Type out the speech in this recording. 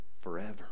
forever